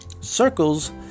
circles